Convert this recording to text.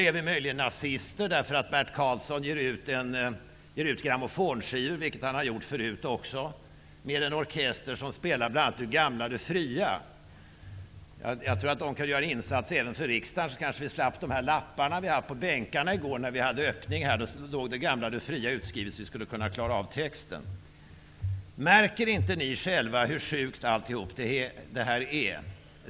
Är vi möjligen nazister därför att Bert Karlsson ger ut grammofonskivor -- vilket han har gjort förut också -- med en orkester som spelar bl.a. Du gamla, du fria? Jag tror att de kan göra en insats även för riksdagen, så att vi kanske slipper få texten utskriven på lappar i bänkarna vid riksmötets öppnande. Märker ni inte hur sjukt allt det här är?